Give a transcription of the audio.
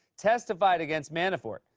testified against manafort.